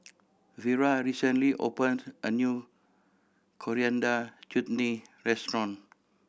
Vera recently opened a new Coriander Chutney restaurant